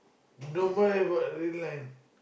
normal but red line